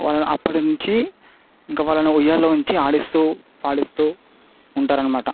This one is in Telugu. అప్పటినుంచి ఇంక వాళ్ళను ఉయ్యాల నుంచి ఆడిస్తూ పాడిస్తూ ఉంటారనమాట